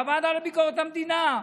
בוועדה לביקורת המדינה,